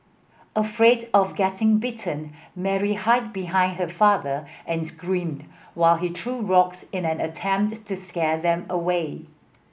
afraid of getting bitten Mary hide behind her father and screamed while he threw rocks in an attempt to scare them away